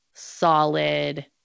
solid